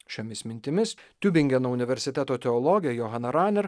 šiomis mintimis tiubingeno universiteto teologė johana raner